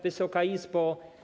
Wysoka Izbo!